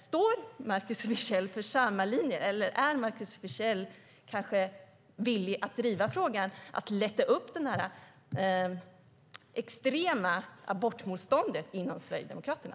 Står Markus Wiechel för samma linje, eller är han kanske villig att driva frågan att lätta upp det extrema abortmotståndet inom Sverigedemokraterna?